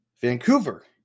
Vancouver